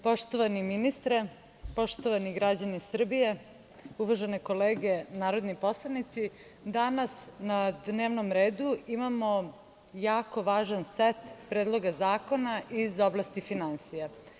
Poštovani ministre, poštovani građani Srbije, uvažene kolege narodni poslanici, danas na dnevnom redu imamo jako važan set predloga zakona iz oblasti finansija.